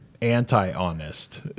anti-honest